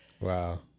Wow